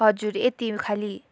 हजुर यति खालि